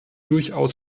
durchaus